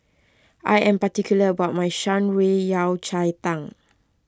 I am particular about my Shan Rui Yao Cai Tang